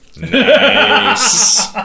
Nice